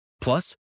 Plus